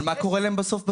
אבל מה קורה להן בסוף בשכר?